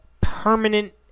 permanent